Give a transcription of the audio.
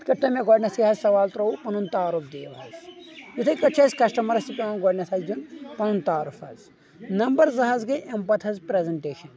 یِتھ کٲٹھۍ تۄہہِ مےٚ گۄڈنیٚتٕھے حظ سَوال تروٚوُ پَنُن تعارُف دِیو حظ یِتھَے کٲٹھۍ حظ أسۍ کسٹٕمرَس تہِ پٮ۪وان گۄڈٕنیٚتھ اَسہِ دیُن پَنُن تعارُف حظ نمبر زٕ حظ گٔے اَمہِ پتہٕ حظ پرٛزَنٹیشَن